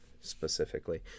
specifically